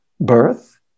birth